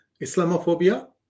Islamophobia